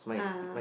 (uh huh)